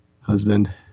husband